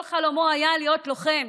כל חלומו היה להיות לוחם,